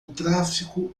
tráfico